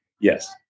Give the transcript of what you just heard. Yes